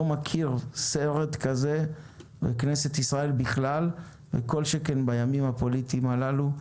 מכיר סרט כזה בכנסת ישראל בכלל וכל שכן בימים הפוליטיים הללו.